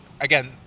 again